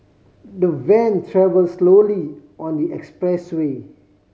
the van travel slowly on the expressway